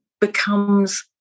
becomes